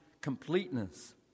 completeness